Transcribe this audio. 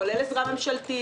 כולל עזרה ממשלתית,